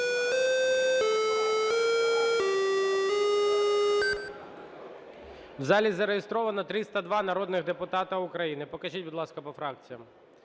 В залі зареєстровано 302 народних депутати України. Покажіть, будь ласка, по фракціях.